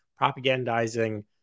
propagandizing